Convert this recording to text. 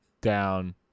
down